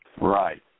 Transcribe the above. Right